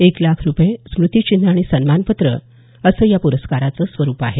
एक लाख रुपये स्मुती चिन्ह आणि सन्मान पत्र असं या पुरस्काराचं स्वरूप आहे